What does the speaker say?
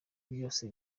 byose